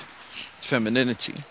femininity